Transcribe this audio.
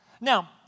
Now